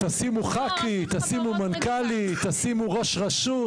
תשימו ח"כית, תשימו מנכ"לית, תשימו ראש רשות.